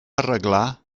arreglar